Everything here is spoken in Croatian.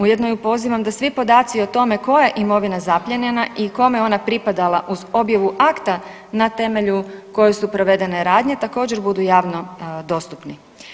Ujedno i pozivam da svi podaci o tome koja je imovina zaplijenjena i kome je ona pripadala uz objavu akta na temelju koje su provedene radnje također budu javno dostupni.